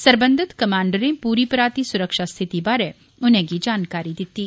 सरबंधित कमांडरें पूरी पराती सुरक्षा स्थिति बारै उनेंगी जानकारी दित्ती